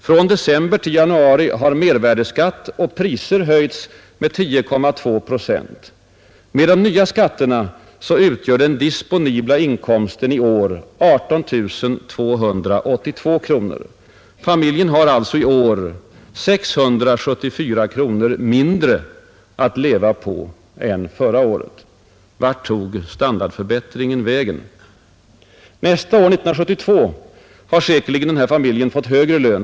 Från december till januari har mervärdeskatt och priser höjts med 10,2 procent. Med de nya skatterna utgör den disponibla inkomsten i år 18 282 kronor. Familjen har alltså i år 674 kronor mindre att leva på än förra året. Vart tog standardförbättringen vägen? Nästa år, 1972, har säkerligen denna familj fått högre lön.